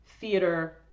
theater